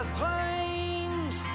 planes